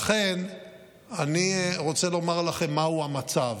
לכן אני רוצה לומר לכם מהו המצב.